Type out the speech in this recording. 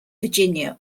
virginia